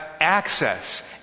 access